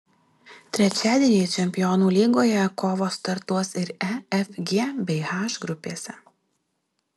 trečiadienį čempionų lygoje kovos startuos ir e f g bei h grupėse